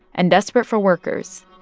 and desperate for workers,